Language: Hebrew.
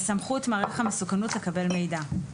סמכות מעריך המסוכנות לקבל מידע6ג.